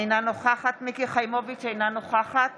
אינה נוכחת מיקי חיימוביץ' אינה נוכחת